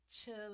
chill